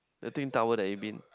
the twin tower that you been